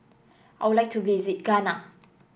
I would like to visit Ghana